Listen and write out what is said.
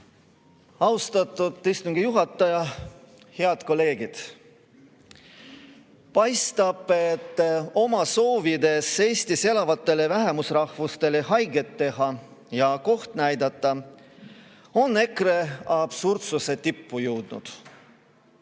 Austatud istungi juhataja! Head kolleegid! Paistab, et oma soovis Eestis elavatele vähemusrahvustele haiget teha ja koht kätte näidata on EKRE absurdsuse tippu jõudnud.